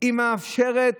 היא מאפשרת